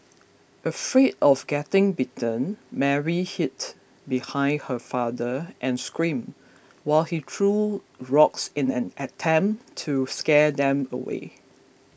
afraid of getting bitten Mary hid behind her father and screamed while he threw rocks in an attempt to scare them away